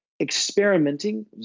experimenting